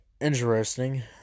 interesting